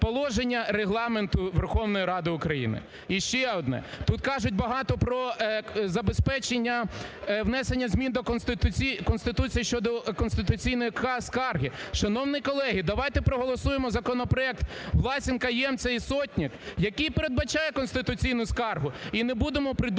Регламенту Верховної Ради України. І ще одне. Тут кажуть багато про забезпечення внесення змін до Конституції щодо конституційної скарги. Шановні колеги, давайте проголосуємо законопроект Власенка, Ємця і Сотник, який передбачає конституційну скаргу. І не будемо придумувати